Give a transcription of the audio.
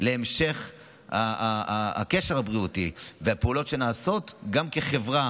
להמשך הקשר הבריאותי והפעולות שנעשות גם כחברה